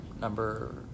number